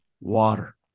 water